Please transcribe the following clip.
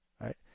Right